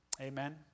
Amen